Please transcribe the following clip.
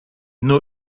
know